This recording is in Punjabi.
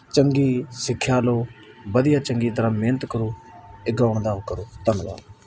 ਚੰਗੀ ਸਿੱਖਿਆ ਲਓ ਵਧੀਆ ਚੰਗੀ ਤਰ੍ਹਾਂ ਮਿਹਨਤ ਕਰੋ ਇਹ ਗਾਉਣ ਦਾ ਉਹ ਕਰੋ ਧੰਨਵਾਦ